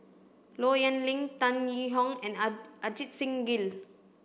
Low Yen Ling Tan Yee Hong and Ajit Singh Gill